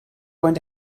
going